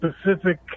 specific